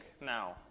now